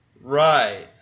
Right